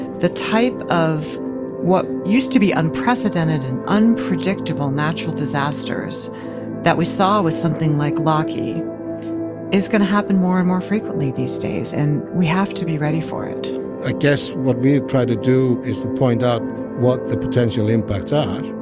the type of what used to be unprecedented and unpredictable natural disasters that we saw with something like laki is going to happen more and more frequently these days. and we have to be ready for it i guess what we've tried to do is point out what the potential impacts are